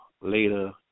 later